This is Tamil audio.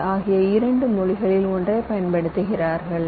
எல் ஆகிய இரண்டு மொழிகளில் ஒன்றைப் பயன்படுத்துகிறார்கள்